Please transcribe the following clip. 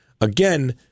again